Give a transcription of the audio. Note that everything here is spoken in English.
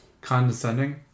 Condescending